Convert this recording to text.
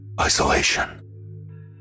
isolation